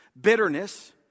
bitterness